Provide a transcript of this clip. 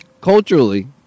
culturally